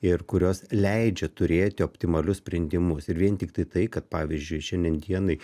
ir kurios leidžia turėti optimalius sprendimus ir vien tiktai tai kad pavyzdžiui šiandien dienai